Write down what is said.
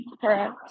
Correct